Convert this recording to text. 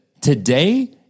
Today